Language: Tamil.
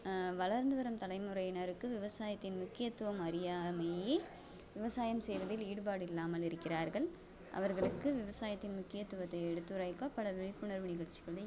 வளர்ந்து வரும் தலைமுறையினருக்கு விவசாயத்தின் முக்கியத்துவம் அறியாமையே விவசாயம் செய்வதில் ஈடுபாடு இல்லாமல் இருக்கிறார்கள் அவர்களுக்கு விவசாயத்தின் முக்கியத்துவத்தை எடுத்துரைக்க பல விழிப்புணர்வு நிகழ்ச்சிகளை